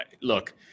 look